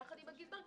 יחד עם הגזבר,